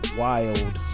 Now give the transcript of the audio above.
wild